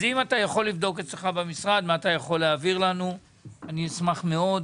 אז אם אתה יכול לבדוק אצלך במשרד מה אתה יכול להעביר לנו אני אשמח מאוד,